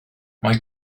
mae